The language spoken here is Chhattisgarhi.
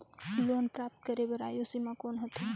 लोन प्राप्त करे बर आयु सीमा कौन होथे?